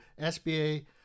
SBA